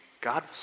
God